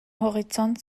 horizont